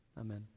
amen